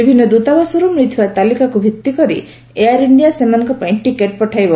ବିଭିନ୍ନ ଦୂତାବାସରୁ ମିଳିଥିବା ତାଲିକାକୁ ଭିତ୍ତିକରି ଏୟାର ଇଣ୍ଡିଆ ସେମାନଙ୍କ ପାଇଁ ଟିକେଟ୍ ପଠାଇବ